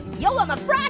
yo i'm a